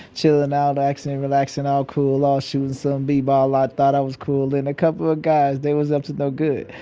chillin' out, maxin' and relaxin' all cool, all shootin' some b-ball. i thought i was cool. and a couple of guys, they was up to no good,